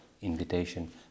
invitation